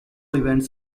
events